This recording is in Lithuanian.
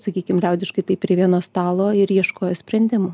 sakykim liaudiškai taip prie vieno stalo ir ieškojo sprendimo